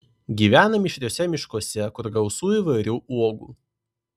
gyvena mišriuose miškuose kur gausu įvairių uogų